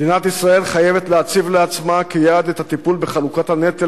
מדינת ישראל חייבת להציב לעצמה כיעד את הטיפול בחלוקת הנטל